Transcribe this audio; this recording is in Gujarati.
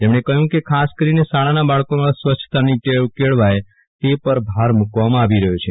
તેમણે કહ્યુ કે ખાસ કરીને શાળાના બાળકોમાં સ્વચ્છતાની ટેવ કેળવાય તે પર ભાર મુકાવામાં આવી રહ્યો છે